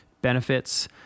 Benefits